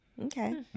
okay